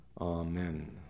Amen